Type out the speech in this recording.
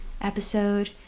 episode